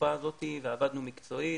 התקופה הזאת ועבדנו מקצועית.